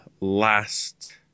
last